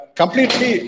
completely